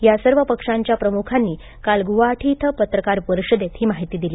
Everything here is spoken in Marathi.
या सर्व पक्षांच्या प्रमुखांनी काल गुव्हाटी इथं पत्रकार परिषदेत ही माहिती दिली